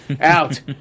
Out